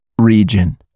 region